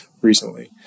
recently